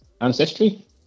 ancestry